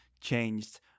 changed